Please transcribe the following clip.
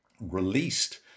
released